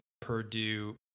purdue